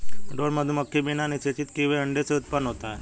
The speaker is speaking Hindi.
ड्रोन मधुमक्खी बिना निषेचित किए हुए अंडे से उत्पन्न होता है